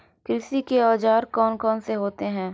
कृषि के औजार कौन कौन से होते हैं?